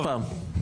הייתה פעם.